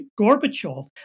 Gorbachev